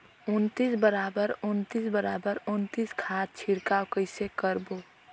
उन्नीस बराबर उन्नीस बराबर उन्नीस खाद छिड़काव कइसे करबो?